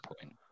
point